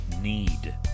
need